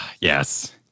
Yes